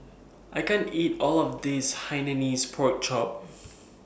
I can't eat All of This Hainanese Pork Chop